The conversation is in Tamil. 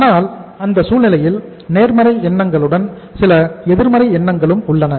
ஆனால் அந்த சூழ்நிலையில் நேர்மறை எண்ணங்களுடன் சில எதிர்மறை எண்ணங்களும் உள்ளன